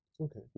Okay